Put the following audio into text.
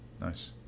nice